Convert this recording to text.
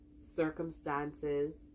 circumstances